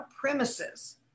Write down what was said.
premises